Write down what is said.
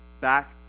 back